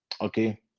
Okay